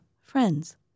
Friends